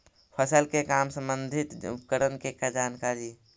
फसल के काम संबंधित उपकरण के जानकारी?